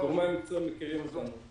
גורמי המקצוע מכירים אותנו.